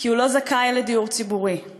כי הוא לא זכאי לדיור ציבורי;